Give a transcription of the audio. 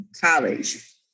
college